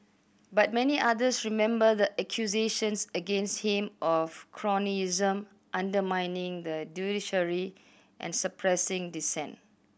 but many others remember the accusations against him of cronyism undermining the judiciary and suppressing dissent